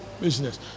business